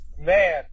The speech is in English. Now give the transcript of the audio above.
man